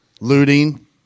looting